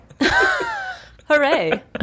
Hooray